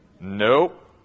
Nope